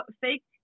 fake